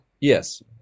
Yes